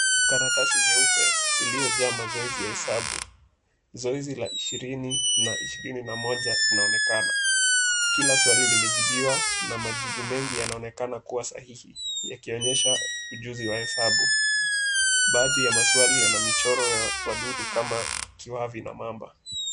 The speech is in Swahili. Karatasi nyeupe iliojaa mazoezi ya hesabu zoezi la ishirini na ishirini na moja inaonekana. kila swali limejibiwa na majibu mengi yanaonekana kuwa sahihi, yakionyesha ujuzi wa hesabu. Baadhi ya maswali yana michoro ya wadudu kama kiwavi na mamba.